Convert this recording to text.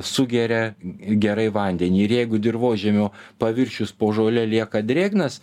sugeria gerai vandenį ir jeigu dirvožemio paviršius po žole lieka drėgnas